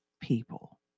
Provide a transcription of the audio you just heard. people